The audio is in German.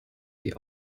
die